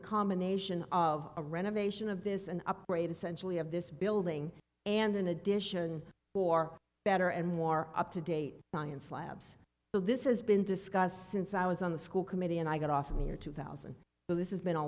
a combination of a renovation of this an upgrade essentially of this building and in addition for better and more up to date science labs but this has been discussed since i was on the school committee and i got off near two thousand but this is been a